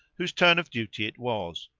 whose turn of duty it was,